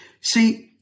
See